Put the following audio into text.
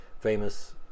famous